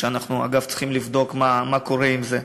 ואנחנו, אגב, צריכים לבדוק מה קורה עם זה.